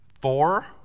four